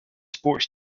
sports